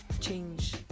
change